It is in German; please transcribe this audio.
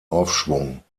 aufschwung